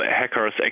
hackers